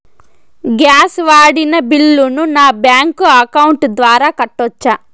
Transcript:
Gas వాడిన బిల్లును నా బ్యాంకు అకౌంట్ ద్వారా కట్టొచ్చా?